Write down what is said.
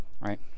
right